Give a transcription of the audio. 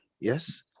yes